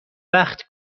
وقت